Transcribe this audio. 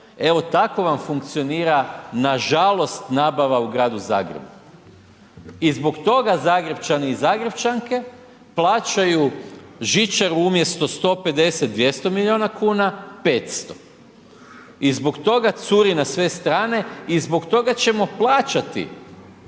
Evo tako vam funkcionira, nažalost, nabava u Gradu Zagrebu i zbog toga Zagrepčani i Zagrepčanke plaćaju žičaru umjesto 150-200 milijuna kuna, 500 i zbog toga curi na sve strane i zbog toga ćemo plaćati